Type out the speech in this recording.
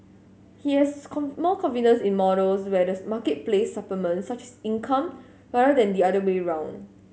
he has more confidence in models where the marketplace supplements such as income rather than the other way round